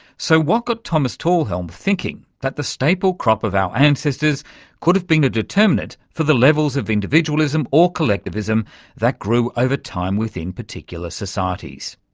so what got thomas talhelm thinking that the staple crop of our ancestors could have been a determinant for the levels of individualism or collectivism that grew over time within particular societies?